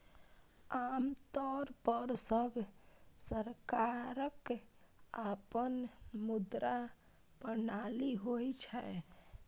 आम तौर पर सब सरकारक अपन मुद्रा प्रणाली होइ छै